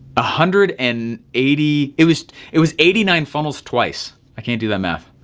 ah hundred and eighty it was it was eighty nine funnels twice. i can't do that math,